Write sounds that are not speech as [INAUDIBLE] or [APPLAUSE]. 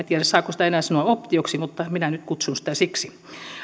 [UNINTELLIGIBLE] tiedä saako sitä enää sanoa optioksi mutta minä nyt kutsun sitä siksi